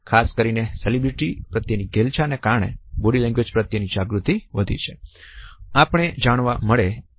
ખાસ કરીને સેલીબ્રીટી પ્રત્યે ની ઘેલછા ને કારણે બોડી લેંગ્વેજ પ્રત્યેની જાગૃતિ વધી છે